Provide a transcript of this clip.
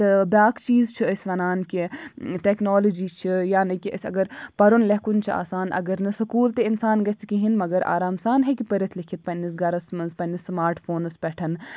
تہٕ بیٛاکھ چیٖز چھِ أسۍ وَنان کہِ ٹٮ۪کنالجی چھِ یعنی کہِ أسۍ اگر پَرُن لیٚکھُن چھُ آسان اَگَر نہٕ سکوٗل تہِ اِنسان گَژھِ کِہیٖنۍ مگر آرام سان ہیٚکہِ پٔرِتھ لیٚکھِتھ پنٛنِس گَرَس منٛز پنٛنِس سٕماٹ فونَس پٮ۪ٹھ